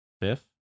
fifth